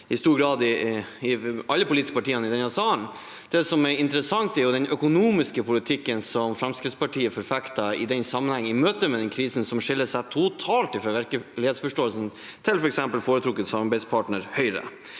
i stor grad deles av alle de politiske partiene i denne salen. Det som er interessant, er den økonomiske politikken som Fremskrittspartiet forfekter i denne sammenhengen i møte med krisen, og som skiller seg totalt fra virkelighetsforståelsen til f.eks. den foretrukne samarbeidspartneren Høyre.